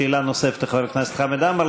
שאלה נוספת לחבר הכנסת חמד עמאר,